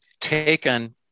taken